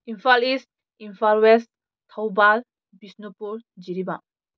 Imphal East Imphal West Thoubal Bishnupur Jiribam